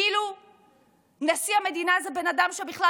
כאילו נשיא המדינה זה בן אדם שבכלל